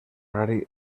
horari